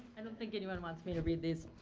i don't think anyone wants me to read these.